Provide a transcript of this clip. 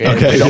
Okay